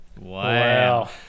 Wow